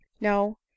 no